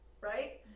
Right